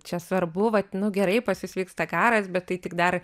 čia svarbu vat nu gerai pas jus vyksta karas bet tai tik dar